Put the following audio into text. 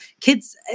kids